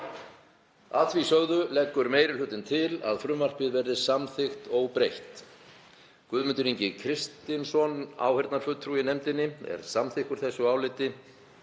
Að því sögðu leggur meiri hlutinn til að frumvarpið verði samþykkt óbreytt. Guðmundur Ingi Kristinsson, áheyrnarfulltrúi í nefndinni, er samþykkur áliti